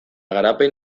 garapen